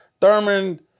Thurman